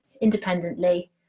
independently